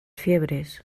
fiebres